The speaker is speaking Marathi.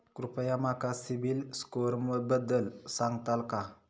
कृपया माका सिबिल स्कोअरबद्दल सांगताल का?